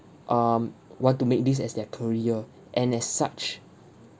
um want to make this as their career and as such